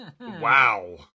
Wow